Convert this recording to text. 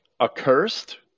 accursed